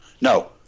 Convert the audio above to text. No